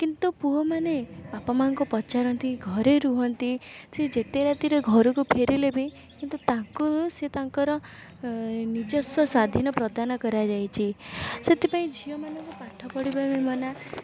କିନ୍ତୁ ପୁଅମାନେ ବାପା ମା'ଙ୍କୁ ପଚାରନ୍ତି ଘରେ ରୁହନ୍ତି ସିଏ ଯେତେ ରାତିରେ ଘରକୁ ଫେରିଲେ ବି କିନ୍ତୁ ତାଙ୍କୁ ସିଏ ତାଙ୍କର ଅଏ ନିଜସ୍ୱ ସ୍ୱାଧୀନ ପ୍ରଦାନ କରାଯାଇଛି ସେଥିପାଇଁ ଝିଅମାନଙ୍କୁ ପାଠପଢ଼ିବା ବି ମନା